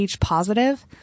positive